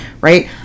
right